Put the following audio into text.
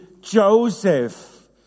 Joseph